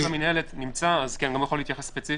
גם --- נמצא, הוא יוכל להתייחס ספציפית.